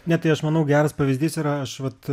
ne tai aš manau geras pavyzdys yra aš vat